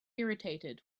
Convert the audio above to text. irritated